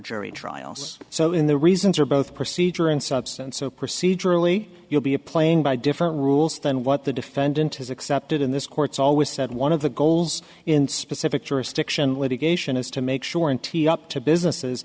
jury trials so in the reasons or both procedure and substance so procedurally you'll be a playing by different rules than what the defendant has accepted in this court's always said one of the goals in specific jurisdiction litigation is to make sure in t up to businesses